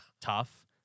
tough